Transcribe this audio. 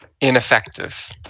ineffective